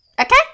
Okay